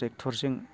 ट्रेक्ट'रजों